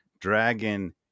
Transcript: dragon